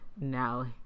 now